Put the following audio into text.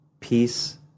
Peace